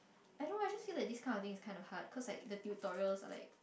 I know I just feel like this kind of thing is kind of hard cause like the tutorials are like